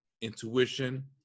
intuition